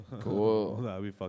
Cool